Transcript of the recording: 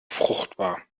fruchtbar